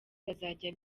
bazajya